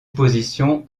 oppositions